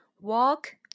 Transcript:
Walk